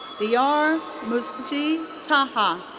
diyar muslih taha.